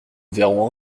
verrons